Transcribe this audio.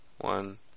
One